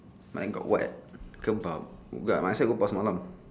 mine got what kebab might as well I go pasar malam